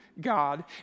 God